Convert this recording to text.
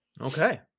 okay